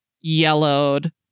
Yellowed